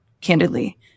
candidly